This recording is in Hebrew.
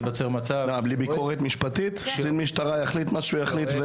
בלי ביקורת משפטית קצין משטרה יחליט מה שהוא יחליט,